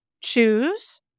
choose